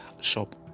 shop